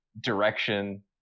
direction